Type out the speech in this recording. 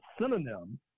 synonym